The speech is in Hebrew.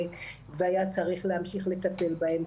והיה צריך להמשיך לטפל בהם.